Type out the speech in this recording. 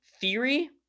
theory